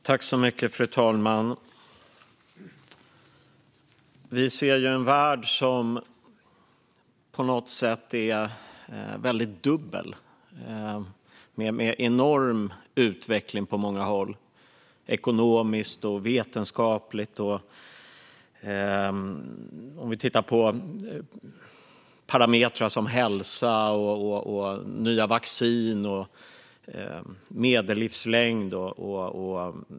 Fru talman! Vi ser en värld som på något sätt är dubbel. På många håll är det en enorm utveckling, ekonomiskt och vetenskapligt. Det gäller parametrar som hälsa, nya vacciner och medellivslängd.